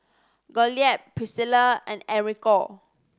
Gottlieb Priscilla and Enrico